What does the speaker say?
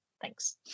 Thanks